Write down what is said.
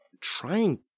trying